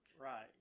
Right